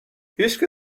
هیشکی